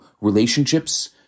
relationships